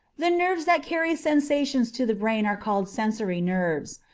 the nerves that carry sensations to the brain are called sensory nerves.